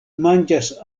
manĝas